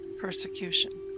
persecution